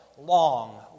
Long